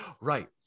Right